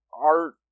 Art